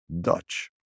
Dutch